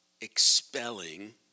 expelling